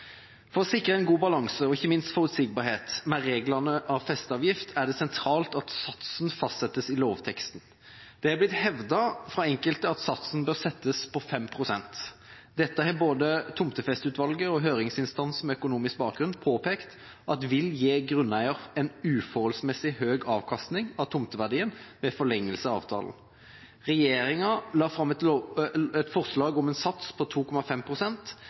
For å sikre en god balanse og ikke minst forutsigbarhet ved regulering av festeavgift er det sentralt at satsen fastsettes i lovteksten. Det har blitt hevdet av enkelte at satsen bør settes til 5 pst. Dette har både Tomtefesteutvalget og høringsinstanser med økonomisk bakgrunn påpekt at vil gi grunneier en uforholdsmessig høy avkastning av tomteverdien ved forlengelse av avtalen. Regjeringa la fram et forslag om en sats på